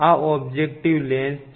આ objective lens છે